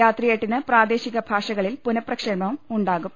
രാത്രി എട്ടിന് പ്രാദേശിക ഭാഷകളിൽ പുനപ്രക്ഷേപണവും ഉണ്ടാകും